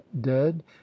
dead